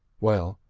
well,